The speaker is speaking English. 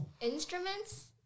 instruments